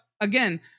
again